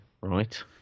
right